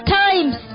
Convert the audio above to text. times